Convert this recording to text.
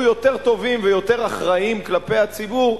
יותר טובים ויותר אחראיים כלפי הציבור,